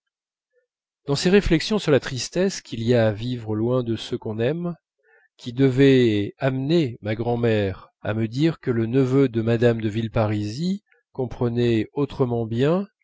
dans ces réflexions sur la tristesse qu'il y a à vivre loin de ce qu'on aime qui devaient amener ma grand'mère à me dire que le neveu de mme de villeparisis comprenait autrement bien